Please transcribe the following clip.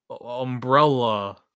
Umbrella